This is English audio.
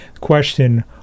Question